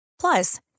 Plus